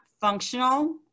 functional